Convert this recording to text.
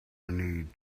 need